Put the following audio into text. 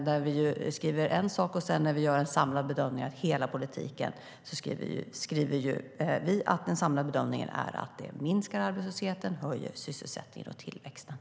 Där skriver vi att den samlade bedömningen av hela politiken är att den minskar arbetslösheten, höjer sysselsättningen och tillväxten.